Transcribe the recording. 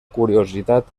curiositat